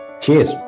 cheers